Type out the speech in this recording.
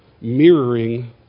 mirroring